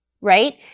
right